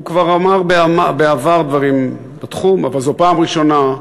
הוא כבר אמר בעבר דברים בתחום, אבל זו פעם ראשונה,